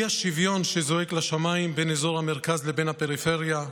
האי-שוויון שזועק לשמיים בין אזור המרכז לבין הפריפריה,